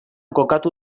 kokatu